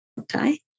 okay